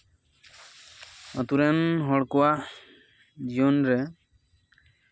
ᱟᱹᱛᱩ ᱨᱮᱱ ᱦᱚᱲ ᱠᱚᱣᱟᱜ ᱡᱤᱭᱚᱱ ᱨᱮ